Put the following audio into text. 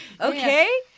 Okay